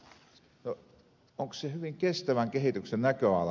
onko se hyvin kestävän kehityksen näköala